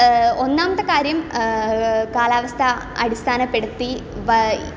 ഒന്നാമത്തെ കാര്യം കാലാവസ്ഥ അടിസ്ഥാനപ്പെടുത്തി വയി